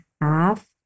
half